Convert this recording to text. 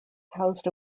housed